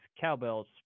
cowbells